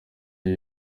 iki